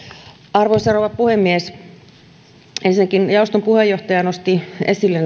arvoisa rouva puhemies ensinnäkin jaoston puheenjohtaja nosti esille